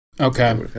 Okay